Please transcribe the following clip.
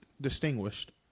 distinguished